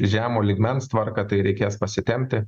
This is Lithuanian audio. žemo lygmens tvarką tai reikės pasitempti